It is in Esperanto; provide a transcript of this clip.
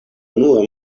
unua